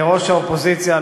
כראש האופוזיציה,